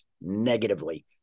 negatively